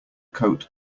coat